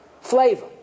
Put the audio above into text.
flavor